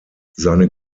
seine